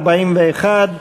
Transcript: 41,